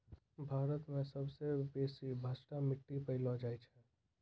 भारत मे सबसे बेसी भसाठ मट्टी पैलो जाय छै